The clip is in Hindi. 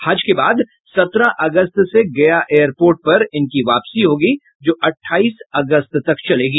हज के बाद सत्रह अगस्त से गया एयरपोर्ट पर इनकी वापसी होगी जो अठाईस अगस्त तक चलेगी